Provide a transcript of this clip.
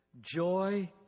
joy